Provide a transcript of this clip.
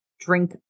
drink